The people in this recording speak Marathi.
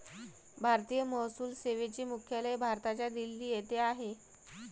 भारतीय महसूल सेवेचे मुख्यालय भारताच्या दिल्ली येथे आहे